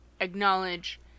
acknowledge